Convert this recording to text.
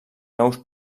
nous